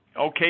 Okay